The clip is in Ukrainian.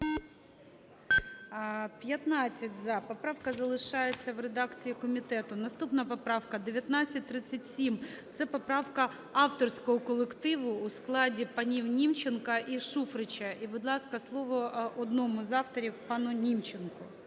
За-15 Поправка залишається в редакції комітету. Наступна поправка 1937. Це поправка авторського колективу у складі панів Німченка і Шуфрича. І, будь ласка, слово одному з авторів – пану Німченку.